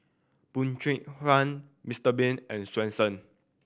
Bee Cheng Hiang Mister Bean and Swensen